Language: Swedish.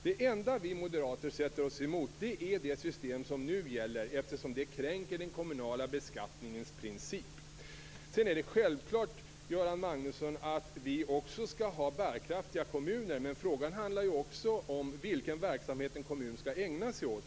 Det enda vi moderater sätter oss emot är det system som nu gäller, eftersom det kränker den kommunala beskattningsrättens princip. Det är självklart att vi skall ha bärkraftiga kommuner, men frågan handlar också om vilken verksamhet en kommun skall ägna sig åt.